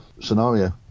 scenario